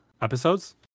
episodes